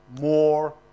More